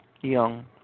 young